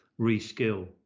reskill